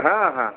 ହଁ ହଁ ହଁ